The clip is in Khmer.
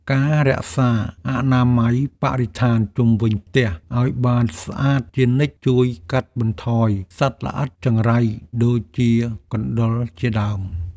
ការរក្សាអនាម័យបរិស្ថានជុំវិញផ្ទះឱ្យបានស្អាតជានិច្ចជួយកាត់បន្ថយសត្វល្អិតចង្រៃដូចជាកណ្តុរជាដើម។